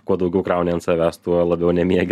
kuo daugiau krauni ant savęs tuo labiau nemiegi